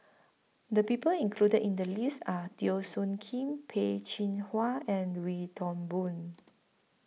The People included in The list Are Teo Soon Kim Peh Chin Hua and Wee Toon Boon